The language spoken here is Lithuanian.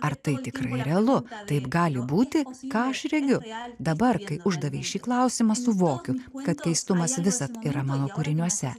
ar tai tikrai realu taip gali būti ką aš regiu dabar kai uždavei šį klausimą suvokiu kad keistumas visad yra mano kūriniuose